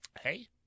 Hey